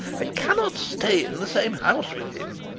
i cannot stay in the same house with him.